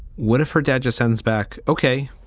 what if her dad yeah sends back? ok